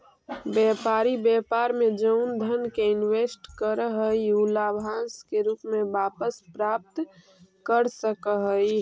व्यापारी व्यापार में जउन धन के इनवेस्ट करऽ हई उ लाभांश के रूप में वापस प्राप्त कर सकऽ हई